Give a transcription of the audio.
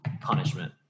punishment